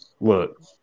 Look